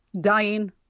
dying